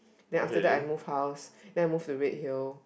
then after that I move house then I move to Redhill